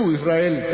Israel